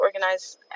organize